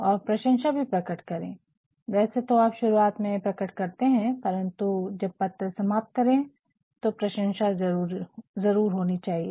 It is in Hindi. और प्रशंसा भी प्रकट करे वैसे तो आप शुरुआत में प्रकट करते है परन्तु जब पत्र समाप्त करे तो प्रशंसा ज़रूर होनी चाहिए